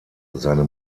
seine